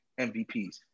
MVPs